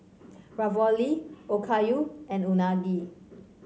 Ravioli Okayu and Unagi